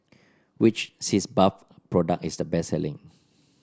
which Sitz Bath product is the best selling